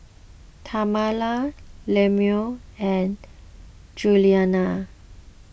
Tamala Lemuel and Juliana